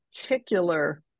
particular